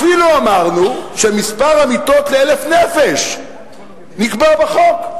אפילו אמרנו שאת מספר המיטות, ל-1,000 נקבע בחוק.